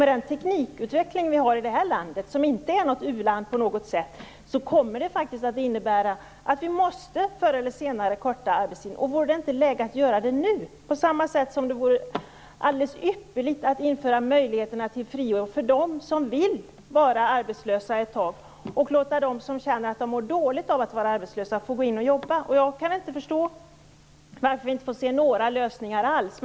Den teknikutveckling vi har i det här landet, som inte är ett uland på något sätt, kommer faktiskt att innebära att vi förr eller senare måste korta arbetstiden. Vore det inte läge att göra det nu? På samma sätt vore det alldeles ypperligt att införa möjligheten till friår för dem som vill vara arbetslösa ett tag och i stället låta dem som känner att de mår dåligt av att vara arbetslösa få gå in och jobba. Jag kan inte förstå varför vi inte får se några lösningar alls.